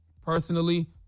personally